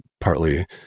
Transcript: partly